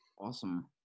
Awesome